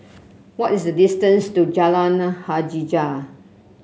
what is the distance to Jalan Hajijah